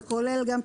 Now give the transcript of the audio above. שכולל גם טיסות,